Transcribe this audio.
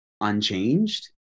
unchanged